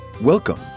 Welcome